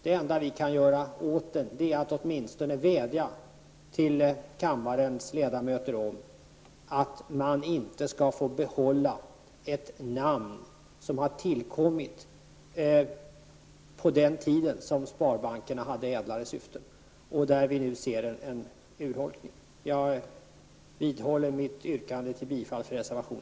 Det enda vi kan göra åt den är att åtminstone vädja till kammarens ledamöter om att sparbankerna inte skall få behålla namn som har tillkommit på den tid när de hade ädlare syften. Där ser vi nu en urholkning. Jag vidhåller mitt yrkande om bifall till reservation